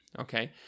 Okay